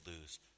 lose